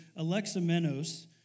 Alexamenos